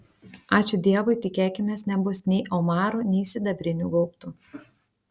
ačiū dievui tikėkimės nebus nei omarų nei sidabrinių gaubtų